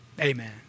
Amen